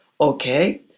okay